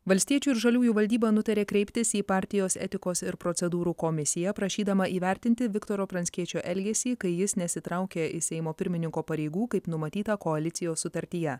valstiečių ir žaliųjų valdyba nutarė kreiptis į partijos etikos ir procedūrų komisiją prašydama įvertinti viktoro pranckiečio elgesį kai jis nesitraukia iš seimo pirmininko pareigų kaip numatyta koalicijos sutartyje